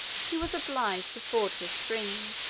he was obliged to ford this stream.